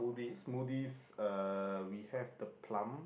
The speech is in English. smoothies uh we have the plum